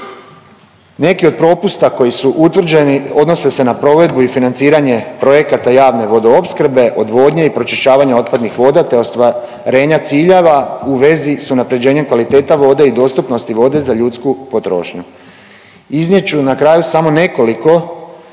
Neki od propusta koji su utvrđeni odnose se na provedbu i financiranje projekata javne vodoopskrbe, odvodnje i pročišćavanja otpadnih voda, te ostvarenja ciljeva u vezi sa unapređenjem kvaliteta vode i dostupnosti vode za ljudsku potrošnju. Iznijet ću na kraju samo nekoliko